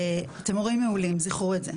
"אתם הורים מעולים, זכרו את זה.